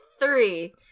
three